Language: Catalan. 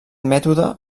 mètode